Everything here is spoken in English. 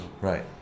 right